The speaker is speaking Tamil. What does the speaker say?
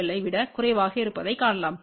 பியை விடக் குறைவாக இருப்பதைக் காணலாம்